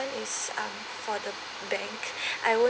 is um for the bank I won't